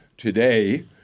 Today